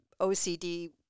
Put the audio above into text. OCD